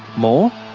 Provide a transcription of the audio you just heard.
more?